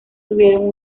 tuvieron